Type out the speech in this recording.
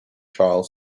child